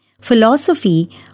philosophy